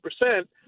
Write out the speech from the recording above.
percent